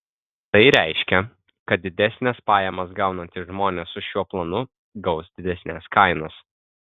tai reiškia kad didesnes pajamas gaunantys žmonės su šiuo planu gaus didesnes kainas